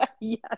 Yes